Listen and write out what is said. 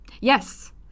Yes